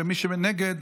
ומי שנגד,